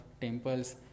temples